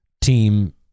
Team